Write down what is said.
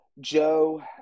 Joe